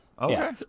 Okay